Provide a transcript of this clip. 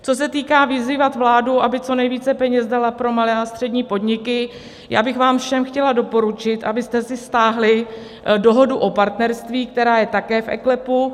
Co se týká vyzývat vládu, aby co nejvíce peněz dala pro malé a střední podniky, já bych vám všem chtěla doporučit, abyste si stáhli Dohodu o partnerství, která je také v eKLEPu.